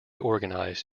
organized